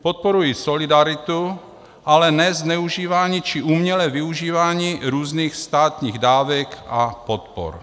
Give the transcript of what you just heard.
Podporuji solidaritu, ale ne zneužívání či umělé využívání různých státních dávek a podpor.